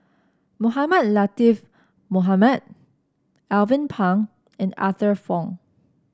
Mohamed Latiff Mohamed Alvin Pang and Arthur Fong